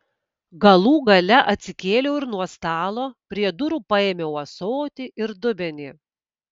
galų gale atsikėliau ir nuo stalo prie durų paėmiau ąsotį ir dubenį